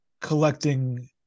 collecting